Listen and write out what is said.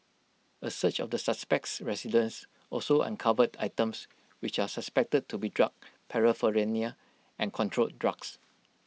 A search of the suspect's residence also uncovered items which are suspected to be drug paraphernalia and controlled drugs